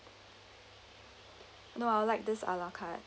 no I'll like this a la carte